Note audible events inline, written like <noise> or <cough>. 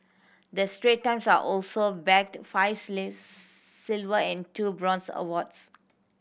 the Strait Times are also bagged five <unintelligible> silver and two bronze awards